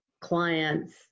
clients